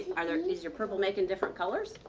is your purple making different colors?